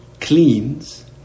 cleans